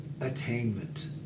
attainment